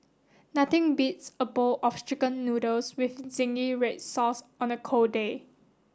nothing beats a bowl of chicken noodles with zingy red sauce on a cold day